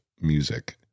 music